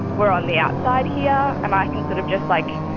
we're on the outside here. and i can sort of just, like,